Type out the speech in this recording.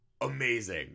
Amazing